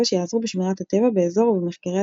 שיעזרו בשמירת הטבע באזור ובמחקרי הצפרות.